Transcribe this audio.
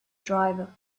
driver